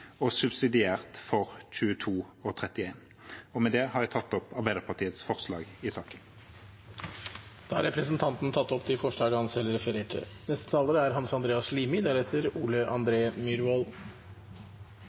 og subsidiært for forslagene nr. 22 og 31. Med det har jeg tatt opp de forslag Arbeiderpartiet har – alene eller sammen med andre – i saken. Representanten Eigil Knutsen har tatt opp de forslagene han refererte